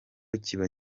kiba